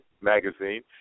magazine